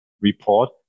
report